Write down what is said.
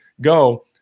go